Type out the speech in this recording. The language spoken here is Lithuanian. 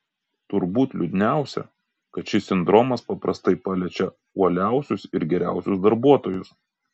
turbūt liūdniausia kad šis sindromas paprastai paliečia uoliausius ir geriausius darbuotojus